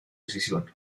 decisión